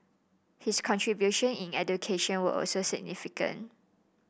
his contribution in education were also significant